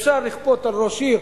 לכפות על ראש עיר